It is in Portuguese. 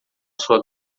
sua